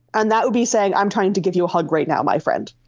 and that would be saying i'm trying to give you a hug right now, my friend',